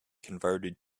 converted